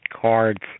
cards